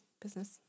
business